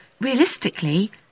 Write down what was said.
realistically